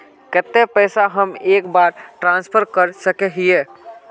केते पैसा हम एक बार ट्रांसफर कर सके हीये?